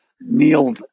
kneel